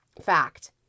fact